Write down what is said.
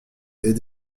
est